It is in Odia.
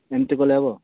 ଏମିତି କଲେ ହେବ